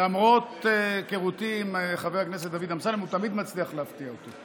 למרות היכרותי עם חבר הכנסת אמסלם הוא תמיד מצליח להפתיע אותי,